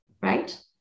Right